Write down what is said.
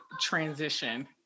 transition